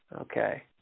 Okay